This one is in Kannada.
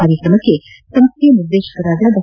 ಕಾರ್ಯಕ್ರಮಕ್ಕೆ ಸಂಸೈಯ ನಿರ್ದೇಶಕಿ ಡಾ